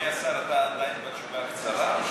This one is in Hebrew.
אדוני השר, אתה עדיין בתשובה הקצרה?